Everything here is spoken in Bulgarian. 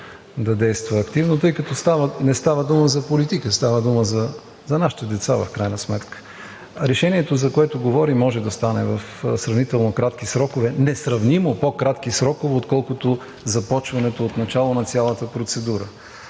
да действа активно, тъй като не става дума за политика, в крайна сметка става дума за нашите деца. Решението, за което говорим, може да стане в сравнително кратки срокове – несравнимо по-кратки срокове, отколкото започването отначало на цялата процедура.